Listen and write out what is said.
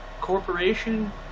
corporation